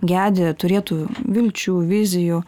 gedi turėtų vilčių vizijų